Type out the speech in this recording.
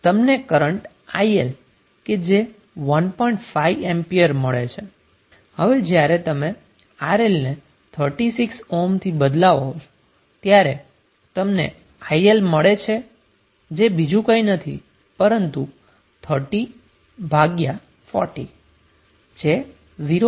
હવે જ્યારે તમે RL ને 36 ઓહ્મથી બદલાવો છો ત્યારે તમને IL મળે છે જે બીજું કંઈ નથી પરંતુ તે 30 ભાગ્યા 40 છે જે 0